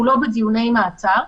אנחנו לא בדיוני מעצר.